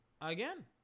again